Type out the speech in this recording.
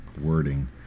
wording